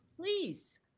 Please